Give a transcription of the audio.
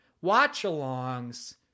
Watch-alongs